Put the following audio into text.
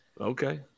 Okay